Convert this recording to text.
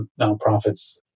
nonprofits